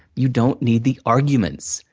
you don't need the arguments.